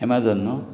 Amazon न्हू